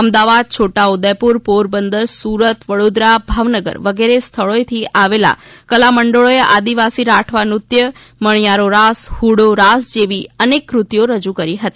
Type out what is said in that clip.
અમદાવાદ છોટાઉદેપુર પોરબંદર સુરત વડોદરા ભાવનગર વગેરે સ્થળોએથી આવેલા કલામંડળોએ આદિવાસી રાઠવા નૃત્ય મણિયારો રાસ હુડી રાસ જેવી અનેક કૃતિઓ રજૂ કરી હતી